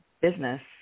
business